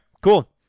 Cool